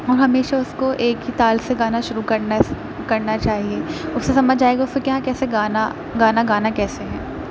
ہاں ہمیشہ اُس کو ایک ہی تال سے گانا شروع کرنا کرنا چاہیے اُسے سمجھ آئے گا اُسے کہ ہاں کیسے گانا گانا گانا کیسے ہے